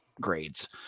grades